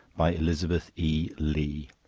by elizabeth e. lea